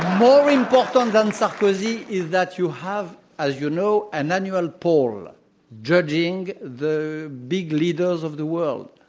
more important than sarkozy is that you have, as you know, an annual poll judging the big leaders of the world.